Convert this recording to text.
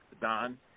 Don